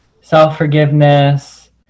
self-forgiveness